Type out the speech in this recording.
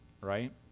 Right